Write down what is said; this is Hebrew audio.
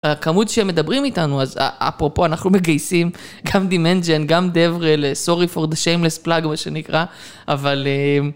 הכמות שהם מדברים איתנו, אז אפרופו אנחנו מגייסים גם דימנג'ן, גם דברל, סורי פור דה שיימלס פלאג, מה שנקרא, אבל...